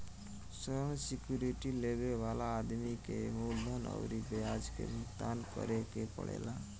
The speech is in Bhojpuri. ऋण सिक्योरिटी लेबे वाला आदमी के मूलधन अउरी ब्याज के भुगतान करे के पड़ेला